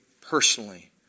personally